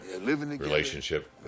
relationship